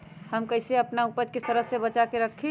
हम कईसे अपना उपज के सरद से बचा के रखी?